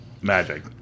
Magic